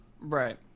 Right